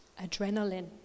Adrenaline